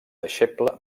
deixeble